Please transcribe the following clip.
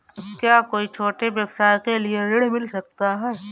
क्या कोई छोटे व्यवसाय के लिए ऋण मिल सकता है?